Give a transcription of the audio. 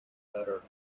butter